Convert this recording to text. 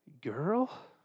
girl